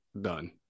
done